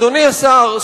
אדוני השר,